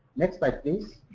next slide, please.